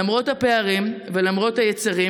למרות הפערים ולמרות היצרים,